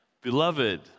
Beloved